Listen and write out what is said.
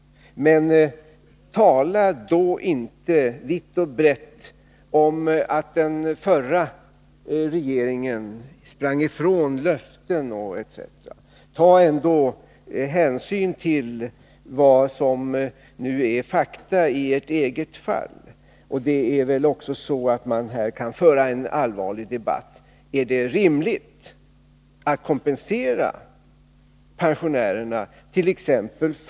Men tala då inte vitt och brett om att den förra regeringen sprang ifrån löften etc.! Ta ändå hänsyn till vad som nu är fakta i ert eget fall! Vi borde här kunna föra en allvarlig debatt. Är det rimligt att kompensera pensionärerna fört.ex.